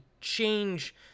change